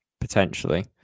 potentially